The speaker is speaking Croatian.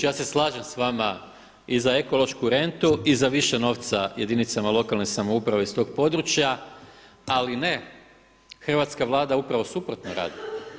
Ja se slažem sa vama i za ekološku rentu i za više novca jedinicama lokalne samouprave iz tog područja, ali ne hrvatska Vlada upravo suprotno radi.